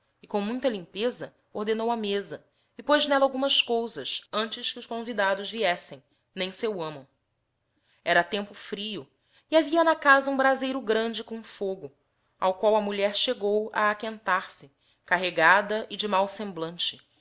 muita limpeza ordenou a meza e poz nella algumas cousas antes que os convidados viessem nem seu amo era tempo frio e havia na casa hum brazeiro grande com fogo ao qual a mulher chegou aaqucnlar se carregada e de máo semblante